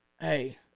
Hey